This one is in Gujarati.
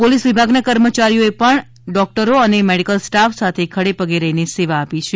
પોલીસ વિભાગના કર્મચારીઓએ પણ ડોક્ટરો અને મેડીકલ સ્ટાફ સાથે ખડેપગે રહીને સેવા આપી છે